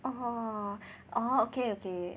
oh oh okay okay